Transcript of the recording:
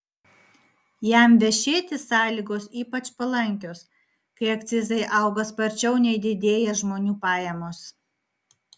jam vešėti sąlygos ypač palankios kai akcizai auga sparčiau nei didėja žmonių pajamos